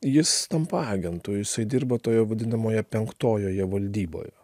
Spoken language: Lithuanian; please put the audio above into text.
jis tampa agentu jisai dirba toje vadinamoje penktojoje valdyboje